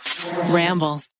Ramble